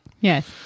yes